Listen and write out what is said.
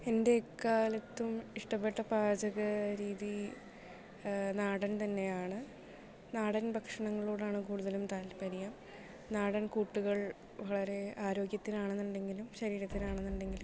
എൻ്റെ എക്കാലത്തും ഇഷ്ടപ്പെട്ട പാചകരീതി നാടൻ തന്നെയാണ് നാടൻ ഭക്ഷണങ്ങളോടാണ് കൂടുതലും താത്പര്യം നാടൻ കൂട്ടുകൾ വളരേ ആരോഗ്യത്തിനാണെന്നുണ്ടെങ്കിലും ശരീരത്തിനാണെന്നുണ്ടെങ്കിലും